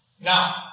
Now